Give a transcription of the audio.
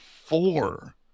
four